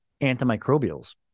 antimicrobials